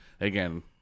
again